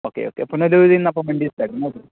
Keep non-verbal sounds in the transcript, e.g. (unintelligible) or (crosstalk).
okay okay അപ്പോള് (unintelligible)